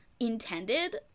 intended